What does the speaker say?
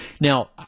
Now